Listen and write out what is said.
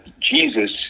Jesus